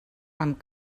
amb